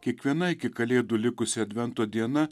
kiekviena iki kalėdų likusi advento diena